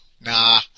Nah